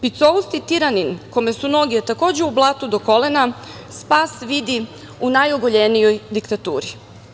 Picousti tiranin, kome su noge takođe u blatu do kolena, spas vidi u najoguljenijoj diktaturi“